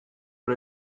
but